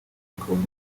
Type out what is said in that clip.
bakabona